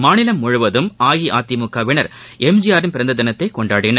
மாநிலம் முழுவதும் அஇஅதிமுகவினர் எம் ஜி ஆரின் பிறந்த தினத்தை கொண்டாடினர்